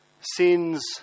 sin's